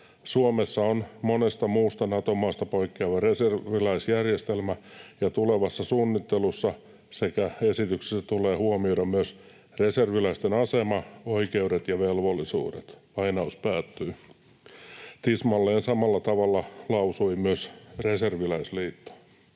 Suomessa on monesta muusta Nato-maasta poikkeava reserviläisjärjestelmä, ja tulevassa suunnittelussa sekä esityksessä tulee huomioida myös reserviläisten asema, oikeudet ja velvollisuudet.” Tismalleen samalla tavalla lausui Reserviläisliitto.